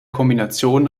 kombination